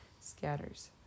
scatters